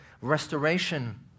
restoration